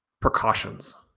precautions